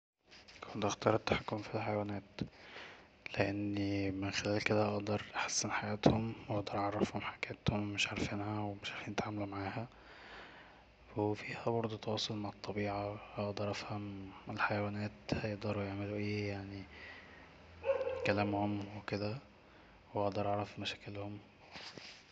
كنت هختار التحكم في الحيوانات لأني من خلال كده هقدر أحسن حياتهم وأقدر اعرفهم حجات هما مش عارفينها ومش عارفين يتعاملو معاها وفيها برضو تواصل مع الطبيعة أقدر أفهم الحيوانات هيقدرو يعملو اي يعني كلامهم وكده وأقدر أعرف مشاكلهم